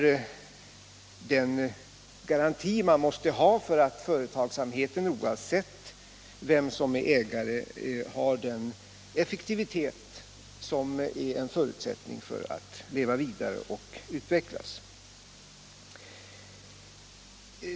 Oavsett vem som är ägare till ett företag är detta en förutsättning för att trygga sysselsättningen.